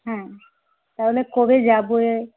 হ্যাঁ তাহলে কবে যাব